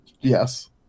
Yes